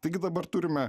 taigi dabar turime